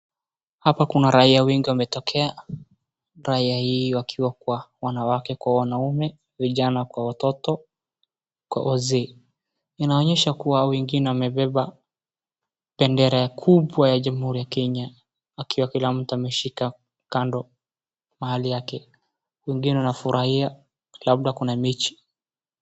Hapa kuna raia wengi wametokea ,raia hii wakiwa kwa wanawake kwa wanaume, vijana kwa watoto kwa wazee inaonyesha ya kwamba wengine wamebeba bendera kubwa ya jamhuri wa Kenya akiwa kila mtu ameshika kando mahali yake ,wengine wanafurahia labda kuna mechi.